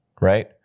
right